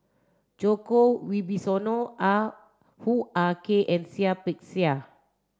Djoko Wibisono Ah Hoo Ah Kay and Seah Peck Seah